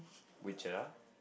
which are